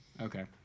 Okay